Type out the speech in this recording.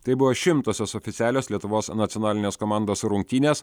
tai buvo šimtosios oficialios lietuvos nacionalinės komandos rungtynės